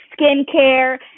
skincare